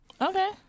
Okay